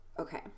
okay